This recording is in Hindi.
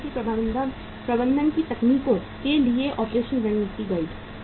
इन्वेंट्री प्रबंधन की तकनीकों के लिए ऑपरेशन रणनीति गाइड